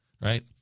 right